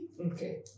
okay